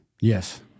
Yes